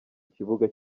kibuga